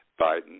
biden